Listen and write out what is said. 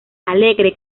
alegre